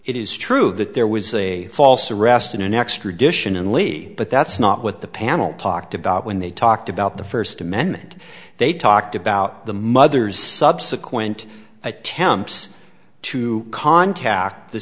it is true that there was a false arrest in an extradition in lee but that's not what the panel talked about when they talked about the first amendment they talked about the mother's subsequent attempts to contact the